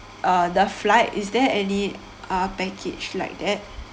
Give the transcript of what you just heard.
uh the flight is there any uh package like that